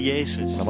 Jezus